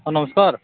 ହଁ ନମସ୍କାର୍